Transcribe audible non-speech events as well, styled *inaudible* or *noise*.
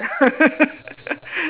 *laughs*